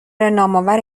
نامآور